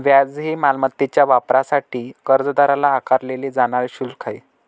व्याज हे मालमत्तेच्या वापरासाठी कर्जदाराला आकारले जाणारे शुल्क आहे